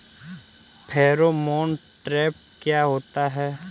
Pheromone trap क्या होता है?